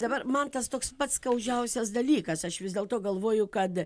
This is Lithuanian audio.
dabar man tas toks pats skaudžiausias dalykas aš vis dėlto galvoju kad